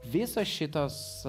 visos šitos